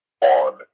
on